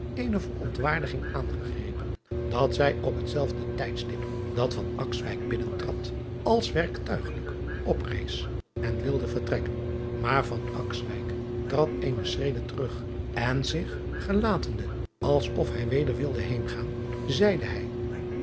verontwaardiging aangegrepen dat zij op hetzelfde tijdstip dat binnentrad als werktuigelijk oprees en wilde vertrekken maar trad eene schrede terug en zich gelatende als of hij weder wilde heengaan zeide hij